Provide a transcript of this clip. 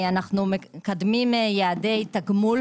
אנו מקדמים יעדי תגמול